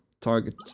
target